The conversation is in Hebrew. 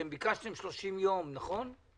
ביקשתם 30 יום, נכון?